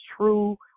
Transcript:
true